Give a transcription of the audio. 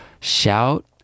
shout